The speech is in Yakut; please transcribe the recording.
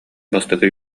бастакы